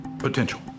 potential